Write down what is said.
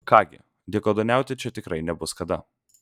ką gi dykaduoniauti čia tikrai nebus kada